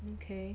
okay